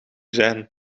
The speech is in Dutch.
zijn